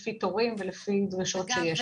לפי תורים ולפי דרישות שיש.